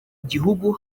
gihugu